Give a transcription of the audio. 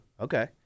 Okay